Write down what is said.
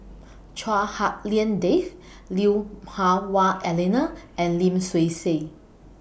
Chua Hak Lien Dave Lui Hah Wah Elena and Lim Swee Say